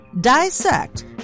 dissect